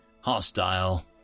hostile